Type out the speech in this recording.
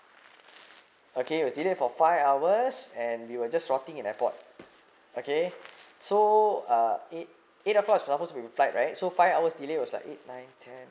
okay was delayed for five hours and we were just swatting in airport okay so uh eight eight o'clock in singapore should be flight right so five hours delay was like eight nine ten